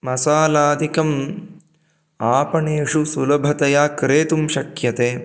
मसालादिकम् आपणेषु सुलभतया क्रेतुं शक्यते